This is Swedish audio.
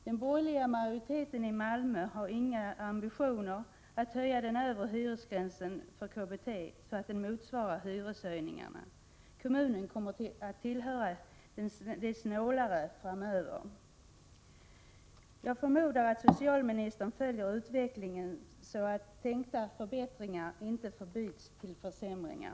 Den borgerliga majoriteten i Malmö har inga ambitioner att höja den övre hyresgränsen för KBT, så att den motsvarar hyreshöjningarna. Kommunen kommer att tillhöra de snålare framöver. Jag förmodar att socialministern följer utvecklingen, så att tänkta förbättringar inte förbyts till försämringar.